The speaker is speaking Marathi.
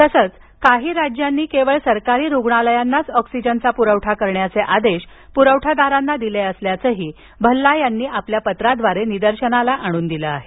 तसंच काही राज्यांनी केवळ सरकारी रुग्णालयांनाच ऑक्सिजनचा पुरवठा करण्याचे आदेश ऑक्सिजन पुरवठादारांना दिले असल्याचंही भल्ला यांनी पत्राद्वारे निदर्शनास आणून दिलं आहे